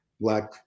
black